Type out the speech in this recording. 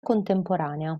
contemporanea